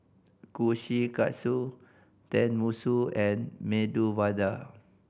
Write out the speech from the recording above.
Kushikatsu Tenmusu and Medu Vada